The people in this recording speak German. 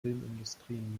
filmindustrie